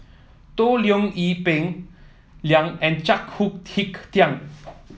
Toh Liying Ee Peng Liang and Chao Tin